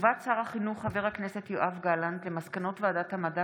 הודעות שר החינוך חבר הכנסת יואב גלנט על מסקנות ועדת המדע